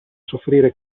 soffrire